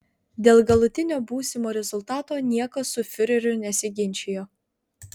dėl galutinio būsimo rezultato niekas su fiureriu nesiginčijo